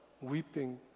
weeping